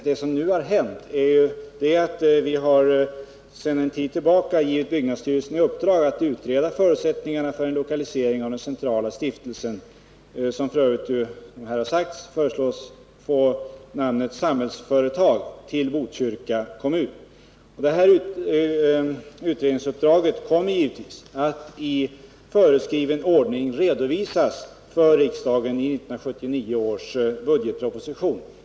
Det som nu händer är att byggnadsstyrelsen sedan en tid har i uppdrag att utreda förutsättningarna för en lokalisering av den centrala stiftelsen — som föreslås få namnet Samhällsföretag — till Botkyrka kommun. Detta utredningsuppdrag kommer givetvis att i föreskriven ordning redovisas för riksdagen i 1979 års budgetproposition.